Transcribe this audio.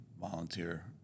volunteer